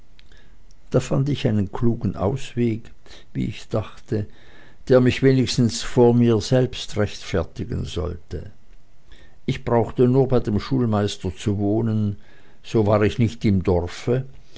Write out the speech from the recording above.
da fand ich einen sehr klugen ausweg wie ich dachte der mich wenigstens vor mir selbst rechtfertigen sollte ich brauchte nur bei dem schulmeister zu wohnen so war ich nicht im dorfe